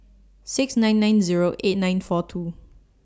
six nine nine Zero eight nine four two